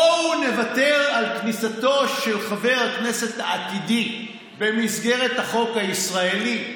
בואו נוותר על כניסתו של חבר כנסת עתידי במסגרת החוק הישראלי,